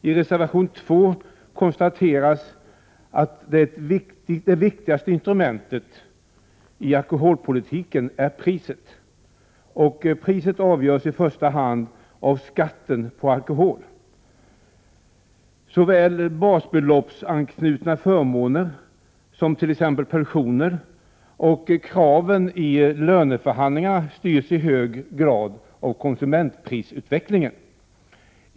I reservation 2 konstateras att det viktigaste instrumentet i alkoholpolitiken är priset, och priset avgörs i första hand av skatten på alkohol. Såväl basbeloppsanknutna förmåner, t.ex. pensioner, som kraven i löneförhandlingarna styrs i hög grad av konsumentprisutvecklingen.